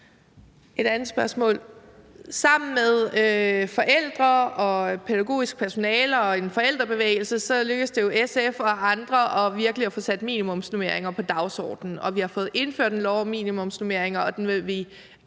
Et andet spørgsmål: Sammen med forældre og pædagogisk personale og en forældrebevægelse lykkedes det jo SF og andre virkelig at få sat minimumsnormeringer på dagsordenen. Vi har fået indført en lov om minimumsnormeringer, og den vil vi